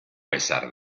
pesar